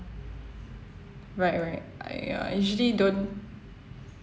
right right I uh I usually don't